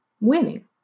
winning